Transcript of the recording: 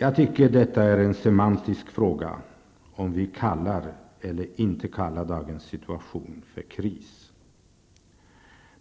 Jag tycker att det är en semantisk fråga om vi skall eller inte skall kalla dagens situation för kris.